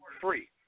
Free